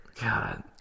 God